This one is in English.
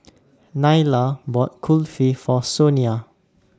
Nyla bought Kulfi For Sonia